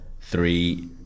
three